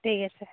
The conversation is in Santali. ᱴᱷᱤᱠ ᱟᱪᱷᱮ